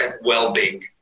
well-being